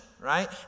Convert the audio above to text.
right